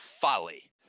folly